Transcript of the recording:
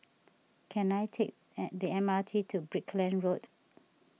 can I take the M R T to Brickland Road